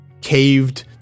caved